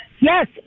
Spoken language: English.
yes